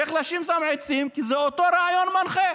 צריך לשים שם עצים כי זה אותו רעיון מנחה,